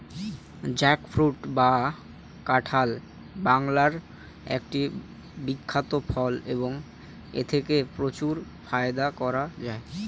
jackfruit বা কাঁঠাল বাংলার একটি বিখ্যাত ফল এবং এথেকে প্রচুর ফায়দা করা য়ায়